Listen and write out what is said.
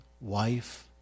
wife